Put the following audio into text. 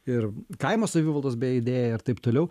ir kaimo savivaldos beje idėja ir taip toliau